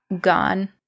gone